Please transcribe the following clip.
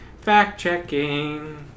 fact-checking